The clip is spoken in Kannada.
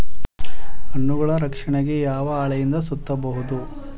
ಹಣ್ಣುಗಳ ರಕ್ಷಣೆಗೆ ಯಾವ ಹಾಳೆಯಿಂದ ಸುತ್ತಬಹುದು?